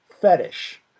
fetish